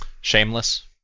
Shameless